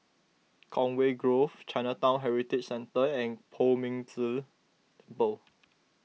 Conway Grove Chinatown Heritage Centre and Poh Ming Tse Temple